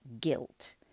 guilt